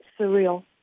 surreal